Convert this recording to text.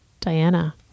Diana